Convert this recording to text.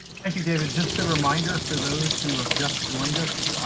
thank you, david. just a reminder for those who have just joined us,